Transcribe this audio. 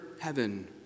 heaven